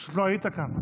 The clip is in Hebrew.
פשוט לא היית כאן.